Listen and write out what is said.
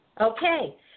Okay